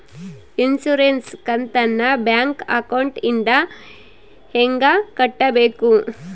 Insurance ಕಂತನ್ನ bank ಅಕೌಂಟಿಂದ ಹೆಂಗ ಕಟ್ಟಬೇಕು?